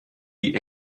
die